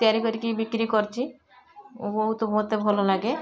ତିଆରି କରିକି ବିକ୍ରି କରୁଛି ଓ ବହୁତ ମୋତେ ଭଲ ଲାଗେ